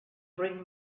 bring